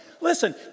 Listen